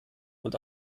und